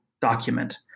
document